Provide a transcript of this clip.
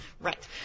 Right